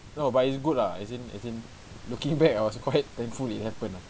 no but it's good ah as in as in looking back I was quite thankful it happened ah